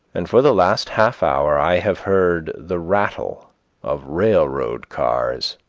and for the last half-hour i have heard the rattle of railroad cars,